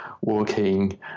walking